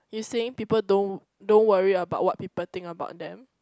you saying people don't don't worry about what people think about them